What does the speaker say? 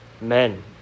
men